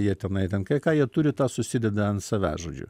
jie tenai ten ką ką jie turi tą susideda ant savęs žodžiu